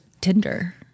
Tinder